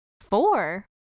four